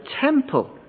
temple